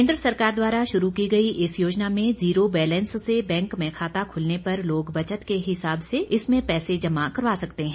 केन्द्र सरकार द्वारा शुरू की गई इस योजना में जीरो बैलंस से बैंक में खाता खुलने पर लोग बचत के हिसाब से इसमें पैसे जमा करवा सकते हैं